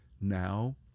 Now